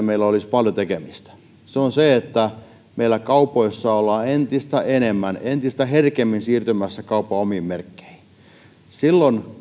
meillä olisi paljon tekemistä ja se on se että meillä kaupoissa ollaan entistä enemmän entistä herkemmin siirtymässä kaupan omiin merkkeihin silloin